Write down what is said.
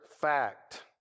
fact